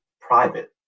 private